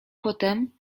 potem